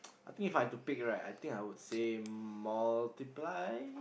I think If I have to pick right I think I would say multiply